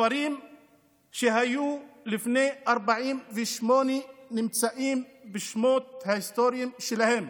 הכפרים שהיו לפני 48' נמצאים בשמות ההיסטוריים שלהם.